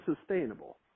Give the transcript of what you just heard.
sustainable